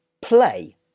play